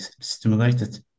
stimulated